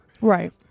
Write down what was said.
Right